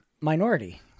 minority